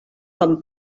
com